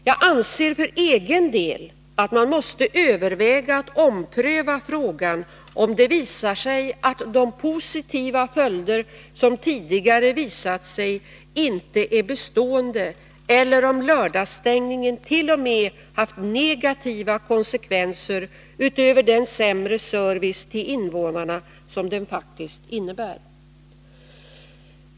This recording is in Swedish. Jag anser för egen del att man måste överväga att ompröva frågan, om det visar sig att de positiva följder som tidigare kunnat noteras inte är bestående eller om lördagsstängningen t.o.m. haft negativa konsekvenser utöver den sämre service till invånarna som den faktiskt innebär.